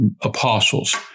apostles